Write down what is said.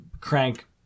crank